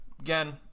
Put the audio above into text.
again